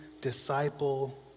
disciple